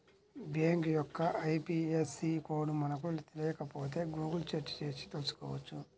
bank యొక్క IFSC code మనకు తెలియకపోతే గుగుల్ సెర్చ్ చేసి తెల్సుకోవచ్చు